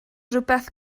rhywbeth